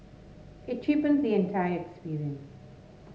it cheapen the entire experience